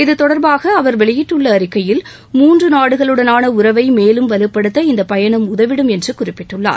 இது தொடர்பாக அவர் வெளியிட்டுள்ள அறிக்கையில் மூன்று நாடுகளுடனான உறவை மேலும் வலுப்படுத்த இந்த பயணம் உதவிடும் என்று குறிப்பிட்டுள்ளார்